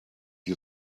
you